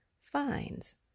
finds